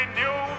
new